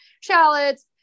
shallots